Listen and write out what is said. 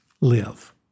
live